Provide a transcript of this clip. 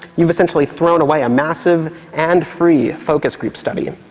you've essentially thrown away a massive and free focus group study.